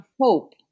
hope